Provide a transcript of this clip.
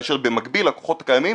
כאשר במקביל הכוחות הקיימים